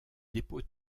dépôts